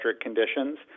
conditions